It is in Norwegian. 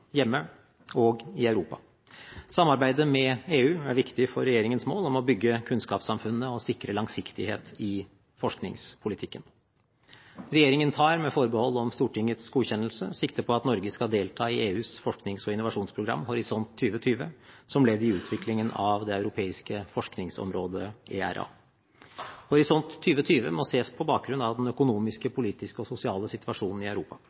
hjemme og i Europa. Samarbeidet med EU er viktig for regjeringens mål om å bygge kunnskapssamfunnet og sikre langsiktighet i forskningspolitikken. Regjeringen tar, med forbehold om Stortingets godkjennelse, sikte på at Norge skal delta i EUs forsknings- og innovasjonsprogram Horisont 2020 som ledd i utviklingen av det europeiske forskningsområdet, ERA. Horisont 2020 må ses på bakgrunn av den økonomiske, politiske og sosiale situasjonen i Europa